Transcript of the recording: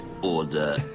order